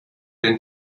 den